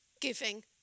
giving